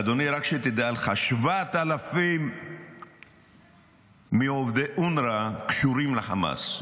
אדוני, תדע לך, 7,000 מעובדי אונר"א קשורים לחמאס.